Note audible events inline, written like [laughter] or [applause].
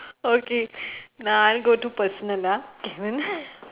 okay now I go to personal lah [breath]